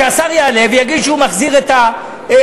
שהשר יעלה ויגיד שהוא מחזיר את התעריפים,